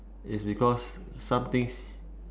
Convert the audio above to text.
it's because some things